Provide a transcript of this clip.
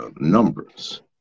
numbers